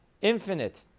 infinite